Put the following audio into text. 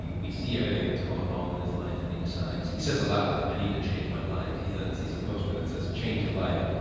we see everything that's gone wrong in his life, and he decides he says aloud, i need to change my life. he then sees a poster that says change your life!